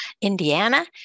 Indiana